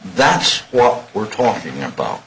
that's well we're talking about